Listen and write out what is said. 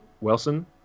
Wilson